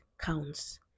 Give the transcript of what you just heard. counts